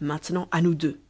maintenant à nous deux